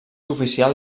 oficial